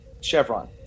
Chevron